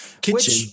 kitchen